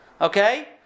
Okay